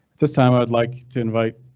this time i would like to invite.